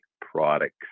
products